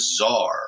bizarre